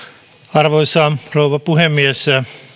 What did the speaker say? arvoisa rouva puhemies